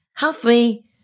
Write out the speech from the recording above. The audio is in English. Halfway